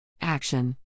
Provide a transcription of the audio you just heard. Action